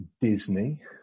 disney